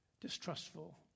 distrustful